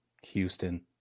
Houston